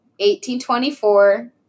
1824